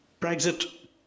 Brexit